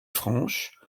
franche